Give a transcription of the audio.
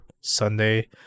Sunday